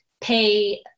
pay